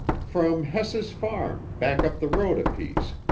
from hess's farm, back up the road a piece,